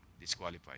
disqualified